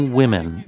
women